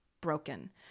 broken